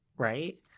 Right